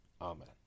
Amen